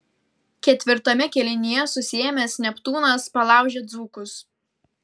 ketvirtame kėlinyje susiėmęs neptūnas palaužė dzūkus